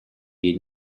did